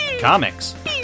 comics